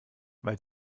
weil